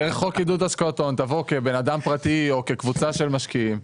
תבוא כבן אדם פרטי או כקבוצה של משקיעים,